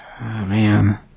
Man